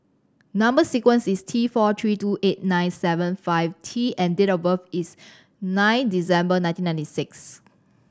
number sequence is T four three two eight nine seven five T and date of birth is nine December nineteen ninety six